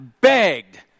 begged